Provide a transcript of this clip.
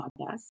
podcast